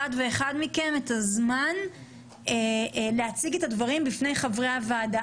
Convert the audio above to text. ואחד מכם את הזמן להציג את הדברים בפני חברי הוועדה.